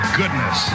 goodness